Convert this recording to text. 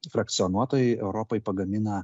frakcionuotojai europoj pagamina